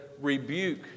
Rebuke